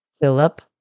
Philip